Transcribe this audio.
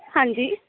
ਹਾਂਜੀ